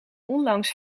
onlangs